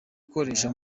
ukoresha